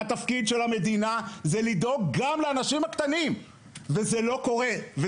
התפקיד של המדינה זה לדאוג גם לאנשים הקטנים וזה לא קורה.